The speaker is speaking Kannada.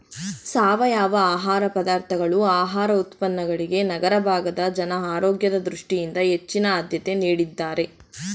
ಸಾವಯವ ಆಹಾರ ಪದಾರ್ಥಗಳು ಆಹಾರ ಉತ್ಪನ್ನಗಳಿಗೆ ನಗರ ಭಾಗದ ಜನ ಆರೋಗ್ಯದ ದೃಷ್ಟಿಯಿಂದ ಹೆಚ್ಚಿನ ಆದ್ಯತೆ ನೀಡಿದ್ದಾರೆ